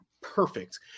perfect